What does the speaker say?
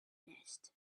nest